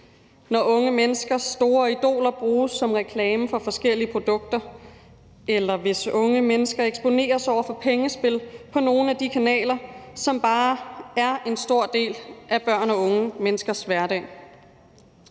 når unge menneskers store idoler bruges som reklame for forskellige produkter, eller hvis unge mennesker eksponeres for pengespil på nogle af de kanaler, som bare er en stor del af børns og unge menneskers hverdag.